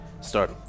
start